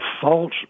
false